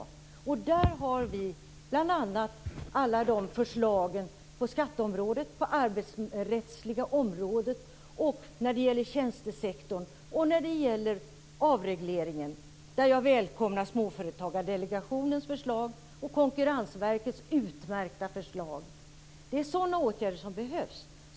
I fråga om detta har vi bl.a. alla våra förslag på skatteområdet, på det arbetsrättsliga området och när det gäller tjänstesektorn och avregleringen, där jag välkomnar Småföretagardelegationens förslag och Konkurrensverkets utmärkta förslag. Det är sådana åtgärder som behövs.